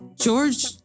George